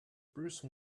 bruce